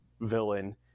villain